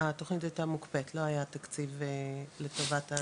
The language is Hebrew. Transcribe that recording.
התוכנית הייתה מוקפאת, לא היה תקציב לטובת זה.